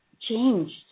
changed